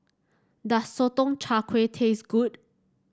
does Sotong Char Kway taste good